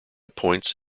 points